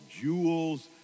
jewels